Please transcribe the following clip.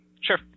Sure